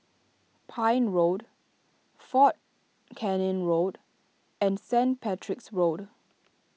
Pine Road fort Canning Road and Saint Patrick's Road